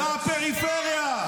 מהפריפריה.